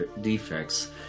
defects